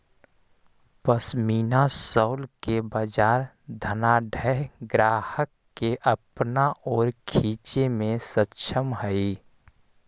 pashmina shawl के बाजार धनाढ्य ग्राहक के अपना ओर खींचे में सक्षम हई